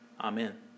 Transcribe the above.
Amen